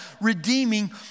redeeming